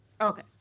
Okay